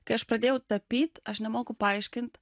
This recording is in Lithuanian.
kai aš pradėjau tapyt aš nemoku paaiškint